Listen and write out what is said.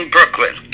Brooklyn